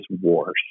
wars